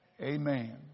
Amen